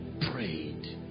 prayed